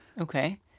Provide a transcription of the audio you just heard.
Okay